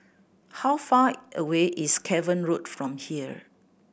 how far away is Cavan Road from here